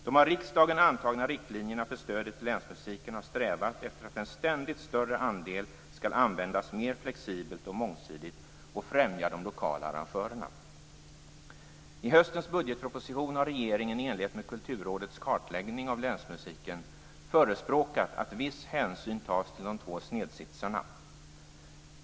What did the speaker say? De av riksdagen antagna riktlinjerna för stödet till länsmusiken har strävat efter att en ständigt större andel skall användas mer flexibelt och mångsidigt och främja de lokala arrangörerna. I höstens budgetproposition har regeringen i enlighet med Kulturrådets kartläggning av länsmusiken förespråkat att viss hänsyn tas till de två snedsitsarna.